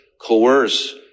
coerce